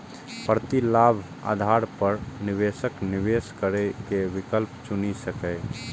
प्रतिलाभक आधार पर निवेशक निवेश करै के विकल्प चुनि सकैए